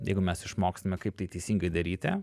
jeigu mes išmoksime kaip tai teisingai daryti